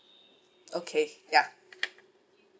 okay ya